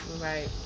Right